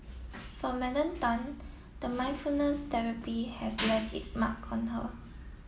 for Madam Tan the mindfulness therapy has left its mark on her